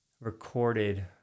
recorded